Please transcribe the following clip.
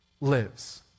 lives